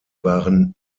waren